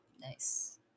Nice